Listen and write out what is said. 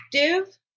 active